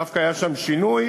דווקא היה שם שינוי.